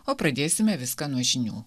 o pradėsime viską nuo žinių